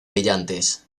brillantes